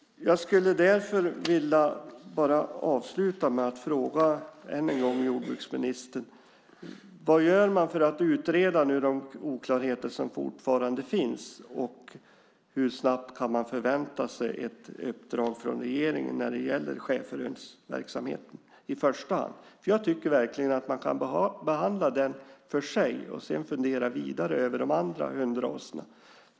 Jag skulle vilja avsluta med att än en gång fråga jordbruksministern: Vad gör man för att utreda de oklarheter som fortfarande finns? Och hur snabbt kan man förvänta sig ett uppdrag från regeringen när det gäller schäferhundsverksamheten i första hand? Jag tycker verkligen att man kan behandla den för sig och sedan fundera vidare över de andra hundraserna.